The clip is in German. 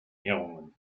ehrungen